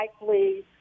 likely